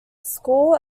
school